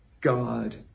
God